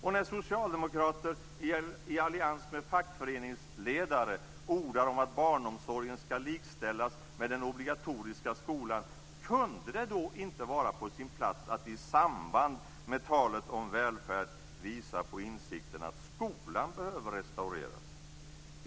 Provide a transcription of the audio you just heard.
Och när socialdemokrater i allians med fackföreningsledare ordar om att barnomsorgen skall likställas med den obligatoriska skolan, kunde det då inte vara på sin plats att i samband med talet om välfärd visa på insikten att skolan behöver restaureras?